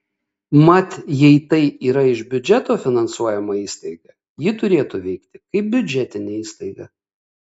mat jei tai yra iš biudžeto finansuojama įstaiga ji turėtų veikti kaip biudžetinė įstaiga